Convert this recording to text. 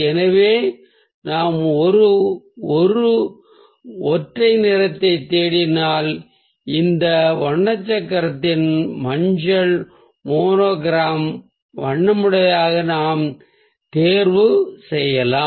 எனவே இந்த வண்ணச் சக்கரத்தில் நாம் ஒரு ஒற்றை நிறத்தைத் தேடினால் மஞ்சளின் மோனோக்ரோமை நாம் பெறலாம்